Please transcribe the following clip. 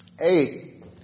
Eight